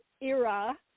era